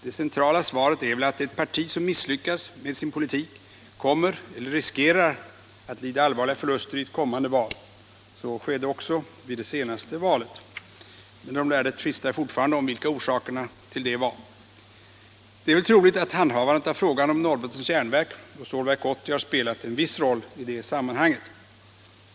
Det centrala svaret är väl att ett parti som misslyckas med sin politik kommer, eller riskerar, att lida allvarliga förluster i ett kommande val. Så skedde också i det senaste valet. Men de lärde tvistar fortfarande om vilka orsakerna till det var. Det är väl troligt att handhavandet av frågan om Norrbottens Järnverk och Stålverk 80 har spelat en viss roll i det sammanhanget.